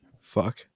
fuck